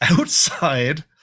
outside